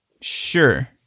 Sure